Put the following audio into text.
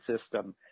system